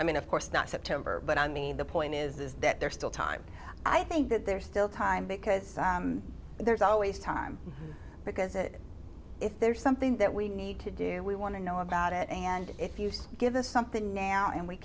i mean of course not september but i mean the point is that there's still time i think that there's still time because there's always time because it if there's something that we need to do we want to know about it and if use give us something now and we